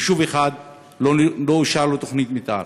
יישוב אחד לא אושרה לו תוכנית מתאר.